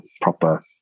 proper